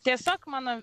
tiesiog mano